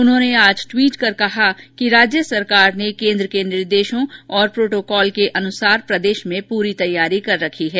उन्होंने आज ट्वीट कर कहा कि राज्य सरकार ने केन्द्र के निर्देशों और प्रोटोकॉल के अनुसार प्रदेश में पूरी तैयारी कर रखी है